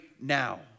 now